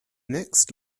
next